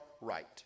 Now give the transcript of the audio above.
right